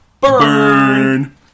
Burn